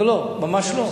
לא, לא, ממש לא.